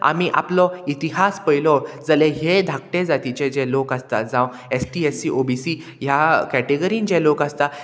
आमी आपलो इतिहास पयलो जाल्यार हे धाकटे जातीचे जे लोक आसता जावं S T A C O B C ह्या कॅटेगरीन जे लोक आसता